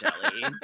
Jelly